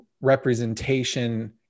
representation